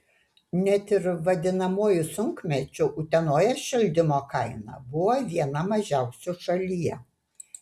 net ir vadinamuoju sunkmečiu utenoje šildymo kaina buvo viena mažiausių šalyje